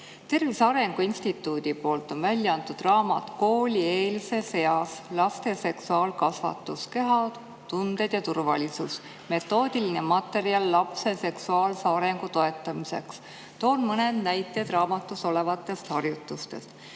Tervise Arengu Instituut on välja andnud raamatu "Koolieelses eas laste seksuaalkasvatus: keha, tunded ja turvalisus. Metoodiline materjal lapse seksuaalse arengu toetamiseks". Toon mõned näited raamatus olevatest harjutusest.